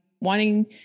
wanting